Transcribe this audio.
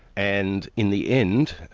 and in the end,